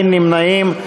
אין נמנעים.